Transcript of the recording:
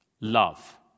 love